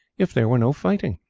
if there were no fighting?